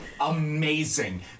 amazing